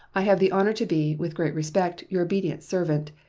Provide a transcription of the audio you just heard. i have the honor to be, with great respect, your obedient servant,